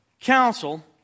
council